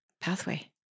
pathway